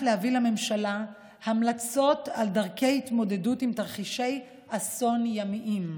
להביא לממשלה המלצות על דרכי התמודדות עם תרחישי אסון ימיים.